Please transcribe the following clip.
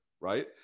right